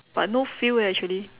but no feel eh actually